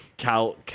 Cal